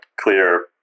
clear